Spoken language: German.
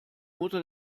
mutter